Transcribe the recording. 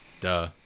Duh